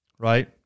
Right